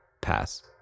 pass